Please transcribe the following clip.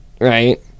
right